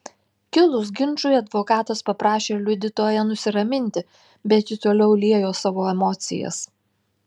kilus ginčui advokatas paprašė liudytoją nusiraminti bet ji toliau liejo savo emocijas